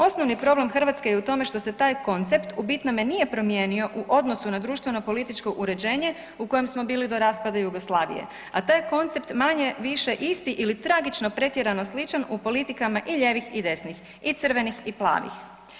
Osnovni problem Hrvatske je u tome što se taj koncept u bitnome nije promijenio u odnosu na društvenopolitičko uređenje u kojem smo bili do raspada Jugoslavije, a taj koncept manje-više isti ili tragično pretjerano sličan u politikama i lijevih i desnih i crvenih i plavih.